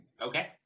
Okay